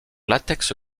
latex